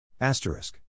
Asterisk